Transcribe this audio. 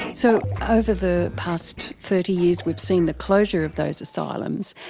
so ah over the past thirty years we've seen the closure of those asylums,